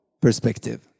perspective